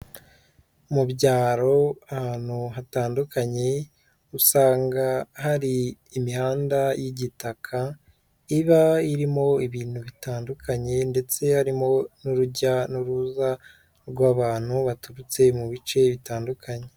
Mu byaro ahantu hatandukanye usanga hari imihanda y'igitaka iba irimo ibintu bitandukanye ndetse harimo n'urujya n'uruza rw'abantu baturutse mu bice bitandukanye.